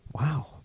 Wow